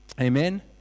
Amen